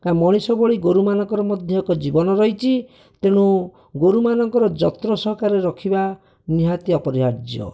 ଆଉ ମଣିଷ ଭଳି ଗୋରୁମାନଙ୍କର ମଧ୍ୟ ଏକ ଜୀବନ ରହିଛି ତେଣୁ ଗୋରୁମାନଙ୍କର ଯତ୍ନ ସହକାରେ ରଖିବା ନିହାତି ଅପରିହାର୍ଯ୍ୟ